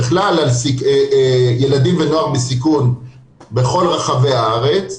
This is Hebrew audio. בכלל ילדים ונוער בסיכון בכל רחבי הארץ,